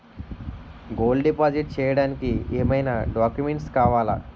Gold deposit చేయడానికి ఏమైనా documents కావాలా?